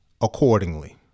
accordingly